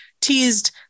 teased